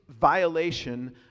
violation